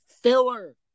filler